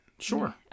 Sure